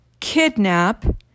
kidnap